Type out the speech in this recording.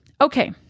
Okay